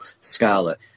Scarlet